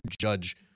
judge